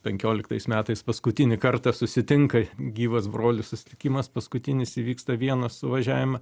penkioliktais metais paskutinį kartą susitinka gyvas brolis susitikimas paskutinis įvyksta vienos suvažiavime